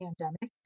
pandemic